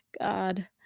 God